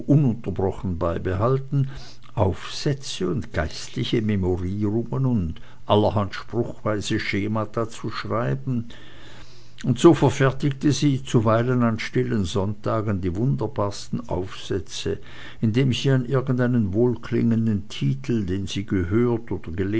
ununterbrochen beibehalten aufsätze und geistliche memorierungen und allerhand spruchweise schemata zu schreiben und so verfertigte sie zuweilen an stillen sonntagen die wunderbarsten aufsätze indem sie an irgendeinen wohlklingenden titel den sie gehört oder